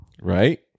Right